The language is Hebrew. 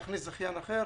ולהכניס זכיין אחר